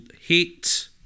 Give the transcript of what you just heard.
hate